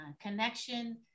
connection